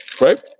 right